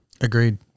Agreed